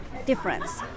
difference